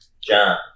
John